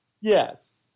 Yes